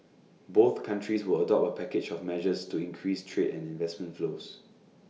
both countries will adopt A package of measures to increase trade and investment flows